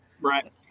Right